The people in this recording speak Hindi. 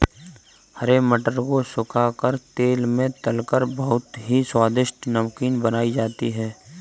हरे मटर को सुखा कर तेल में तलकर बहुत ही स्वादिष्ट नमकीन बनाई जाती है